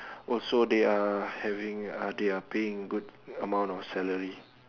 also they are having uh they are paying good amount of salary